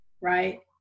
right